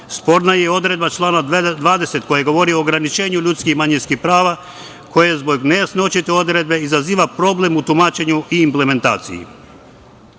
prava. Sporna je odredba člana 20. koja govori o ograničenju ljudskih i manjinskih prava, koja zbog nejasnoće te odredbe izaziva problem u tumačenju i implementaciji. Član